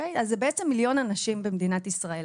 אז זה בעצם מיליון אנשים במדינת ישראל.